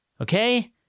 Okay